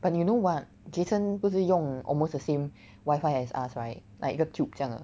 but you know what jason 不是用 almost the same wifi as us right like 一个 tube 这样的